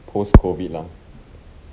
post COVID lah